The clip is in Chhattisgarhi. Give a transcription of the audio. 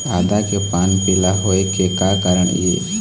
आदा के पान पिला होय के का कारण ये?